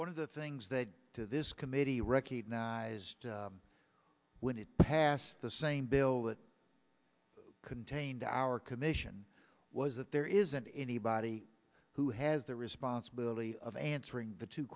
one of the things that to this committee recognized when it passed the same bill that contained our commission was that there isn't anybody who has the responsibility of answering the two